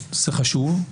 זה חשוב,